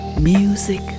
Music